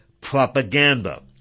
propaganda